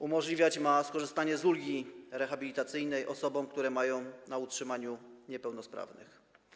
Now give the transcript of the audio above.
Umożliwiać ma ona skorzystanie z ulgi rehabilitacyjnej osobom, które mają na utrzymaniu niepełnosprawnych.